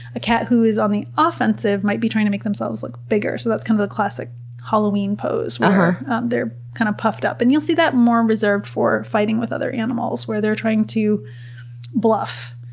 a cat who is on the offensive might be trying to make themselves look bigger. so that's kind of the classic halloween pose where but um they're, kind of, puffed up. and you'll see that more reserved for fighting with other animals where they're trying to bluff,